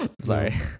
sorry